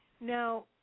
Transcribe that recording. Now